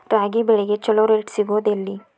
ರಾಗಿ ಬೆಳೆಗೆ ಛಲೋ ರೇಟ್ ಸಿಗುದ ಎಲ್ಲಿ?